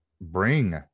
bring